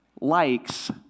likes